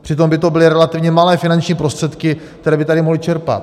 Přitom by to byly relativně malé finanční prostředky, které by tady mohli čerpat.